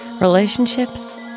Relationships